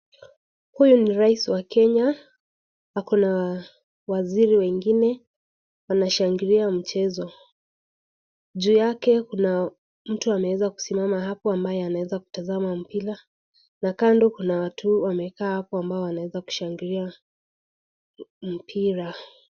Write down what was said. Huyu ni Rais wa kenya, ako na waziri wengine, wanashangilia mchezo. Juu yake kuna mtu ameweza kusimama hapo, ambaye anaweza kutazama mpira na kando kuna watu wamekaa hapo ambao wanaweza kushangilia mpira.